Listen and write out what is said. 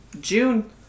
June